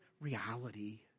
reality